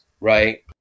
Right